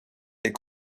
est